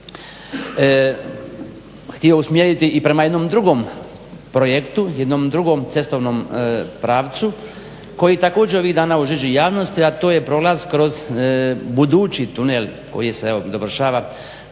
htio usmjeriti i prema jednom drugom projektu, jednom drugom cestovnom pravcu koji također ovih dana u žeži javnosti a to je prolaz kroz budući tunel koji se evo dovršava